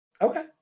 Okay